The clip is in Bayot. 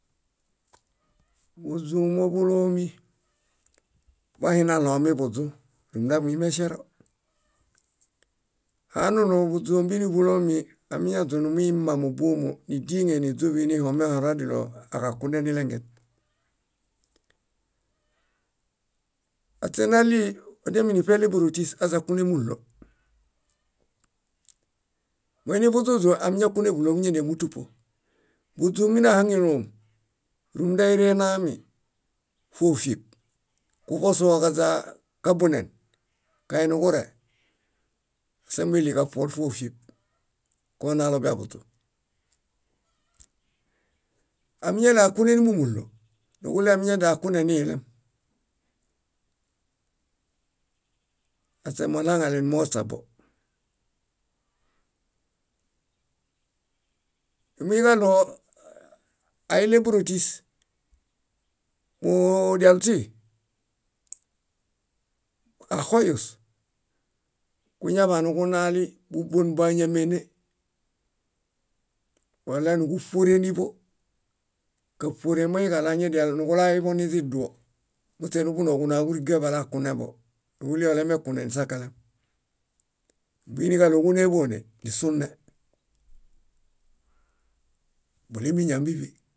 . Buźũ móḃulomi, boahinaɭomi buźũ húmunda muimeŝero, hanunu buźũ ómbinilomi amiñaźũ numuimma móbomo, nídieŋen iźuḃinihomehõr ediɭoaġakunenilengen. Aśe naɭii odiaminiṗaniɭe bórotis aźakune múɭuo. Moinibuźũźũ amiñakune múɭuo buñadia núḃutupo. Buźũ nínahaŋelom, rúmunda ére enami, fófieb, kuḃosuho kaźaa kabunen, kae nuġure, ásambeɭi kaṗuol, konalo biaḃuźũ. Amiñaini akune nímumuɭuo, nuġuɭii amiñadiaakunenilem. Aśe moɭaŋele numoośabo. Nimiġaɭo aiɭe bórotis muudialuti, axoyus, kuñaḃaniġunali búbuon bóañamene wala núġuṗuoreniḃo, káṗuoren moiniġaɭo añadial nuġulaiḃo niźiduo muśe nuḃunoo kunaġuriga balakuneḃo. Nuġuɭii balakune nisakalem. Buiniġaɭo kúneḃone, nisune. Bulimiña ómbiḃi